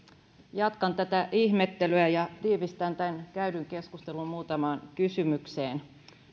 jatkan tätä ihmettelyä ja tiivistän tämän käydyn keskustelun muutamaan kysymykseen